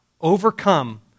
overcome